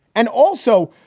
and also,